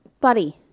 Buddy